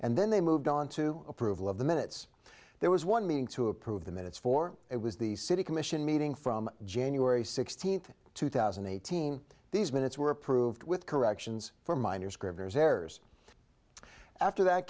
and then they moved on to approval of the minutes there was one meeting to approve the minutes for it was the city commission meeting from january sixteenth two thousand and eighteen these minutes were approved with corrections for minor